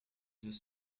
deux